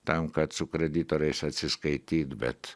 tam kad su kreditoriais atsiskaityt bet